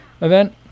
event